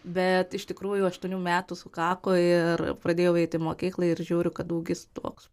bet iš tikrųjų aštuonių metų sukako ir pradėjau eiti į mokyklą ir žiūriu kad ūgis toks